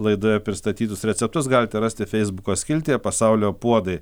laidoje pristatytus receptus galite rasti feisbuko skiltyje pasaulio puodai